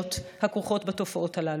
הנפשיות והכלכליות הכרוכות בתופעות הללו.